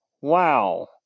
Wow